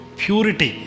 purity